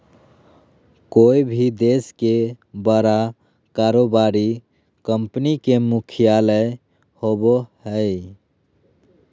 कोय भी देश के बड़ा कारोबारी कंपनी के मुख्यालय होबो हइ